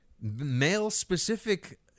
male-specific